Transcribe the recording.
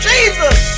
Jesus